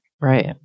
Right